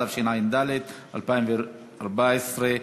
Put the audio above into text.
התשע"ד 2014,